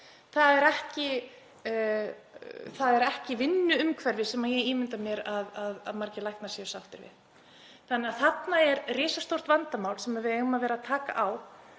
Það er ekki vinnuumhverfi sem ég ímynda mér að margir læknar séu sáttir við. Þarna er því risastórt vandamál sem við eigum að vera að taka á.